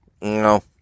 No